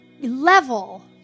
level